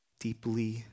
Deeply